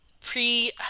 pre